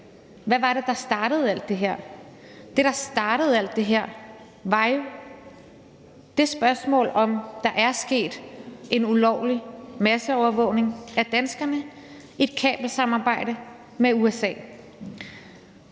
Hvad var det, der startede alt det her? Det, der startede alt det her, var jo det spørgsmål, om der er sket en ulovlig masseovervågning af danskerne, et kabelsamarbejde med USA.